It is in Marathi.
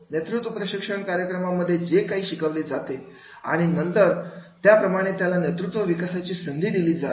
नेतृत्व प्रशिक्षण कार्यक्रमामध्ये जे काही शिकवले जाते आणि नंतर त्याप्रमाणे त्याला नेतृत्व विकसित करण्याची संधी दिली जावी